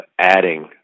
adding